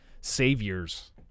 saviors